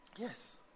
Yes